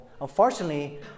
Unfortunately